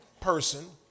person